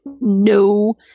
no